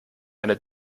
eine